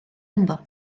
ynddo